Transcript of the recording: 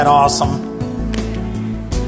Awesome